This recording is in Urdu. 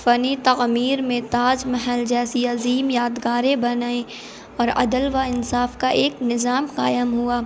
فنی تعمیر میں تاج محل جیسی عظیم یادگاریں بنائیں اور عدل وا انصاف کا ایک نظام قائم ہوا